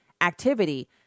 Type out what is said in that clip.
activity